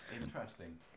Interesting